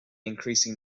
increasing